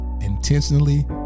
intentionally